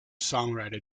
songwriter